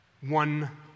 One